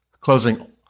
Closing